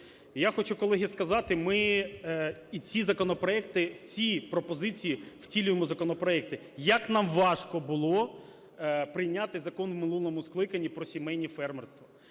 Я хочу, колеги, сказати, ми і ці законопроекти, в ці пропозиції втілюємо законопроекти. Як нам важко було прийняти Закон в минулому скликанні про сімейні фермерства!